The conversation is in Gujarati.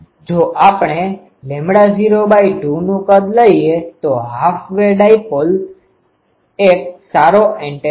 જો આપણે ૦2નુ કદ લઈએ તો હાફ વે ડાયપોલ એક સારો એન્ટેના છે